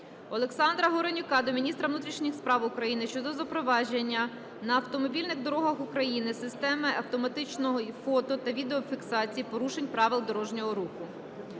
Олександра Горенюка до міністра внутрішніх справ України щодо запровадження на автомобільних дорогах України системи автоматичного фото та відеофіксації порушень правил дорожнього руху.